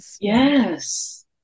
Yes